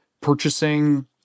purchasing